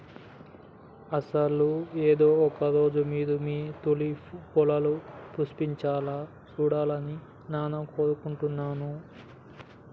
అసలు ఏదో ఒక రోజు మీరు మీ తూలిప్ పొలాలు పుష్పించాలా సూడాలని నాను కోరుకుంటున్నాను